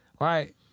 right